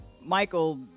michael